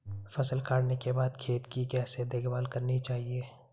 फसल काटने के बाद खेत की कैसे देखभाल करनी चाहिए?